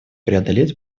преодолеть